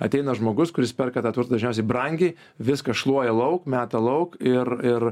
ateina žmogus kuris perka tą turtą dažniausiai brangiai viską šluoja lauk meta lauk ir ir